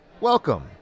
Welcome